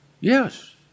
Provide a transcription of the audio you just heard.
Yes